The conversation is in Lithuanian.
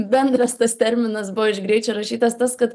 bendras tas terminas buvo iš greičio rašytas tas kad